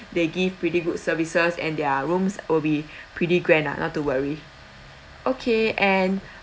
they give pretty good services and their rooms will be pretty grand lah not to worry okay and